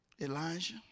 Elijah